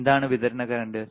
എന്താണ് വിതരണ കറന്റ്